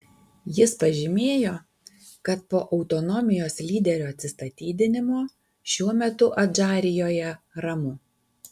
jis pažymėjo kad po autonomijos lyderio atsistatydinimo šiuo metu adžarijoje ramu